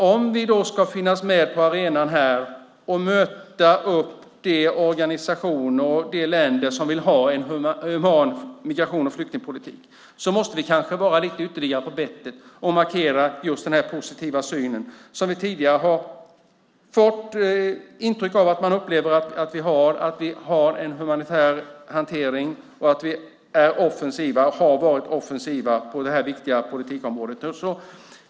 Om vi ska finnas med på arenan och möta de organisationer och de länder som vill ha en human migrations och flyktingpolitik måste vi kanske vara lite ytterligare på bettet och markera den positiva syn som vi tidigare har intryck av att man upplever att Sverige har. Sverige har en humanitär hantering och är och har varit offensiva det på det här viktiga politikområdet.